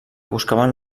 buscaven